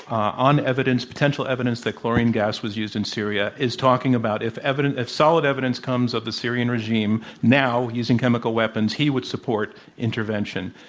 on evidence, potential evidence that chlorine gas was used in syria, is talking about if evidence if solid evidence comes of the syrian regime now using chemical weapons, he would support intervention.